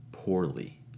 poorly